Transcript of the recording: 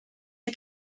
you